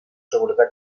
seguretat